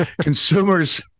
Consumers